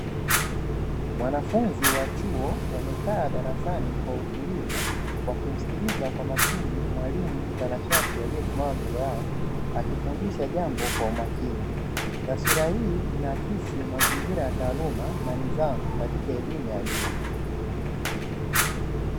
Wanafunzi wa chuo wamekaa darasani kwa utulivu wa kimsikiliza kwa makini mwalimu mtanashati aliyesimama mbele yao akifundisha jambo kwa umakini, taswira hii inaakisi mazingira ya taaluma na nidhamu katika elimu ya juu.